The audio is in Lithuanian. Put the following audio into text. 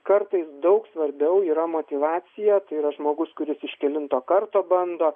kartais daug svarbiau yra motyvacija tai yra žmogus kuris iš kelinto karto bando